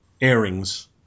airings